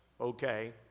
okay